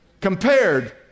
compared